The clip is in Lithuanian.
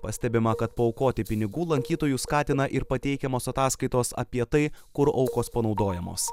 pastebima kad paaukoti pinigų lankytojus skatina ir pateikiamos ataskaitos apie tai kur aukos panaudojamos